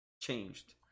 changed